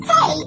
Hey